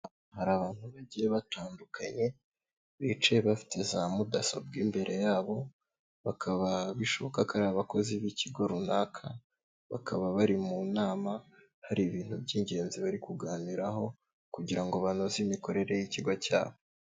Hari abantu bagiye batandukanye, bicaye bafite za mudasobwa imbere yabo, bakaba bishoboka ko ari abakozi b'ikigo runaka, bakaba bari mu nama hari ibintu by'ingenzi bari kuganiraho, kugira ngo banoze imikorere y'ikigo cyabo.